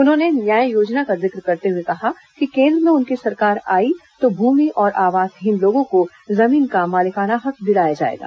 उन्होंने न्याय योजना का जिक्र करते हुए कहा कि केन्द्र में उनकी सरकार आई तो भूमि और आवासहीन लोगों को जमीन का मालिकाना हक दिलाया जाएगा